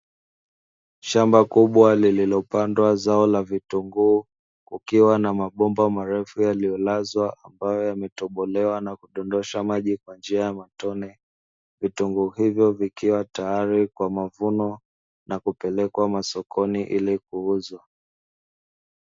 Shamba kubwa lililopandwa zao la vitunguu, kukiwa na mabomba marefu yaliyolazwa ambayo yametobolewa na kudondosha maji kwa njia ya matone, vitongo hivyo vikiwa tayari kwa mavuno na kupelekwa masokoni ili kuuzwa.